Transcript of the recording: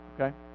Okay